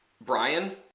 Brian